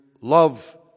love